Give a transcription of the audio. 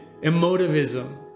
emotivism